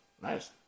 Nice